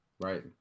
Right